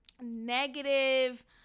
negative